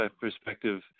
perspective